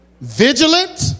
vigilant